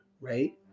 right